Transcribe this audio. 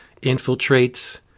infiltrates